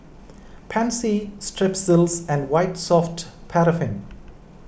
Pansy Strepsils and White Soft Paraffin